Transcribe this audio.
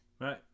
Right